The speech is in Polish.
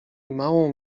małą